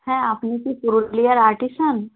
হ্যাঁ আপনি কি পুরুলিয়ার আর্টিসান